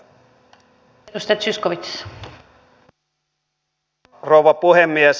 arvoisa rouva puhemies